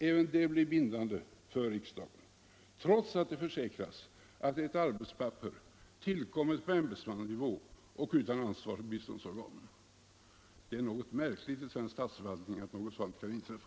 Även det blir bindande för riksdagen trots att det försäkras att det är ett arbetspapper, tillkommet på ämbetsmannanivå och utan ansvar för biståndsorganen. Det är något märkligt i svensk statsförvaltning att någonting sådant kan inträffa!